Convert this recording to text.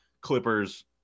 Clippers